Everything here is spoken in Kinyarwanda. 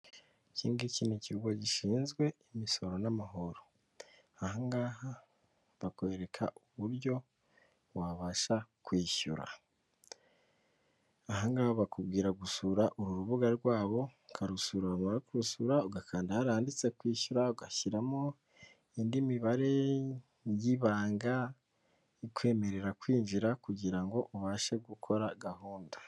Ikingiki ni ikigo gishinzwe imisoro n'amahoro ahangaha bakwereka uburyo wabasha kwishyura, ahangaha bakubwira gusura uru rubuga rwabo ukarusura wamara kurusura ugakanda hariya handitse kwishyura ugashyiramo indi mibare y'ibanga ikwemerera kwinjira kugira ngo ubashe gukora gahunda.